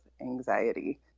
anxiety